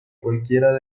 cualquiera